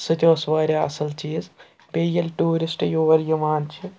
سُہ تہِ اوس واریاہ اَصٕل چیٖز بیٚیہِ ییٚلہِ ٹوٗرِسٹ یور یِوان چھِ